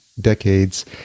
decades